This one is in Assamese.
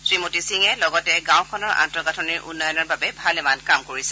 শ্ৰীমতী সিঙে লগতে গাঁৱখনৰ আন্তঃগাথনিৰ উন্নয়নৰ বাবে ভালেমান কাম কৰিছে